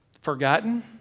forgotten